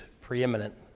preeminent